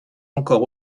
encore